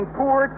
poor